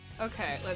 Okay